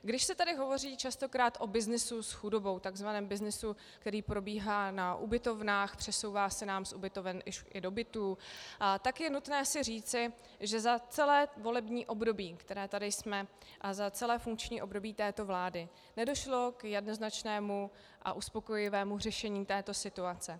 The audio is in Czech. Když se tady hovoří častokrát o byznysu s chudobou, tzv. byznysu, který probíhá na ubytovnách, přesouvá se nám z ubytoven i do bytů, tak je nutné si říci, že za celé volební období, které tady jsme, za celé funkční období této vlády nedošlo k jednoznačnému a uspokojivému řešení této situace.